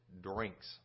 drinks